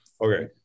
Okay